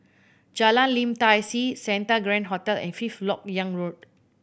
Jalan Lim Tai See Santa Grand Hotel and Fifth Lok Yang Road